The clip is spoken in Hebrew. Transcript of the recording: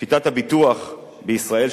שיטת הביטוח בישראל,